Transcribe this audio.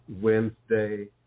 Wednesday